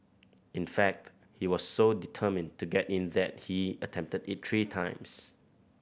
in fact he was so determined to get in that he attempted it three times